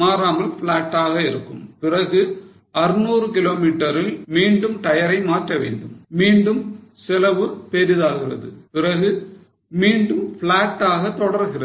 மாறாமல் flat ஆக இருக்கும் பிறகு 600 கிலோமீட்டரில் மீண்டும் டயரை மாற்ற வேண்டும் மீண்டும் செலவு பெரிதாகிறது பிறகு மீண்டும் flat ஆக தொடர்கிறது